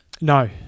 No